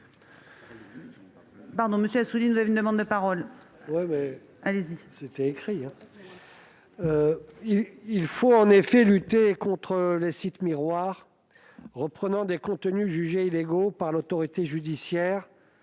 Il faut lutter contre les sites miroirs reprenant des contenus jugés illégaux par l'autorité judiciaire,